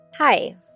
Hi